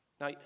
Now